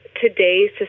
today's